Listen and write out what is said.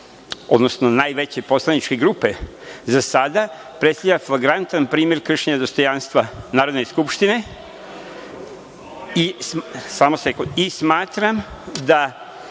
najveće poslaničke grupe za sada, predstavlja flagrantan primer kršenja dostojanstva Narodne skupštine i smatram da